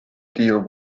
deal